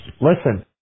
listen